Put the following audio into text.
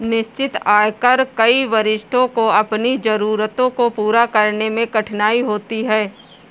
निश्चित आय पर कई वरिष्ठों को अपनी जरूरतों को पूरा करने में कठिनाई होती है